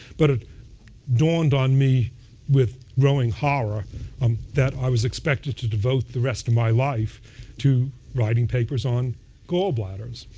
but it dawned on me with growing horror um that i was expected to devote the rest of my life to writing papers on gall bladders